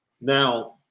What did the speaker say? now